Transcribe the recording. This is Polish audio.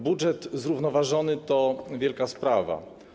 Budżet zrównoważony to wielka sprawa.